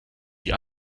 die